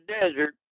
desert